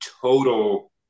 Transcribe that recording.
total